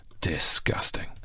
disgusting